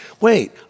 Wait